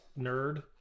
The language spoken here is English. nerd